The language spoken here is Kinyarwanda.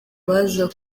baza